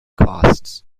costs